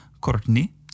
Courtney